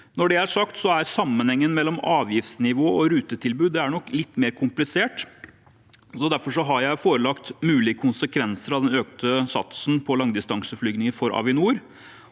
Når det er sagt, er nok sammenhengen mellom avgiftsnivå og rutetilbud litt mer komplisert. Derfor har jeg forelagt mulige konsekvenser av den økte satsen på langdistanseflyvninger for Avinor.